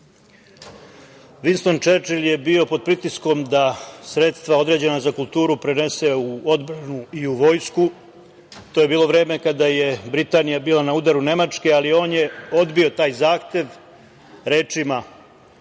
Vinston Čerčil je bio pod pritiskom da sredstva određena za kulturu prenese u odbranu i u vojsku. To je bilo vreme kada je Britanija bila na udaru Nemačke, ali on je odbio taj zahtev rečima: